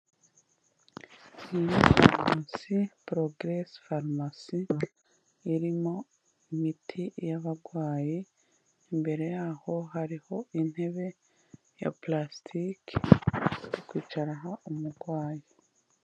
N'izi porogiresi farumasi, irimo imiti y'abarwayi imbere yaho hariho intebe ya pulasitiki, yo kwicaraho umurwayi.